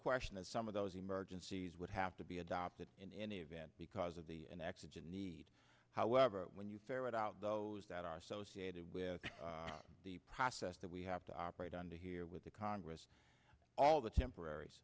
question that some of those emergencies would have to be adopted in any event because of the an exigent need however when you ferret out those that are associated with the process that we have to operate under here with the congress all the temporar